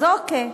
אז אוקיי,